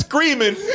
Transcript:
Screaming